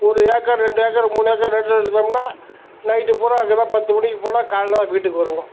ஒரு ஏக்கர் ரெண்டு ஏக்கர் மூணு ஏக்கர் நெல் எடுத்தோம்னா நைட்டு பூரா அங்கே தான் பத்து மணிக்கு போனால் காலைல தான் வீட்டுக்கு வருவோம்ங்க